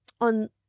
on